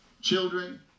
Children